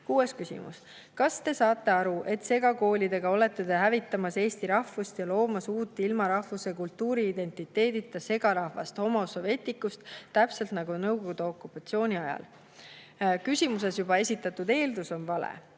Kuues küsimus: kas te saate aru, et segakoolidega olete te hävitamas eesti rahvust ja loomas uut, ilma rahvus- ja kultuuriidentiteedita segarahvast, homo soveticus't, täpselt nagu Nõukogude okupatsiooni ajal? Juba küsimuses esitatud eeldus on vale.